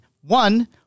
one